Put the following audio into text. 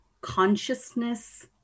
consciousness